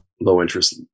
low-interest